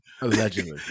Allegedly